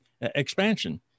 expansion